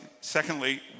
Secondly